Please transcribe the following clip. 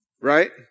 Right